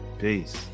peace